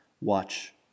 watch